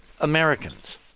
Americans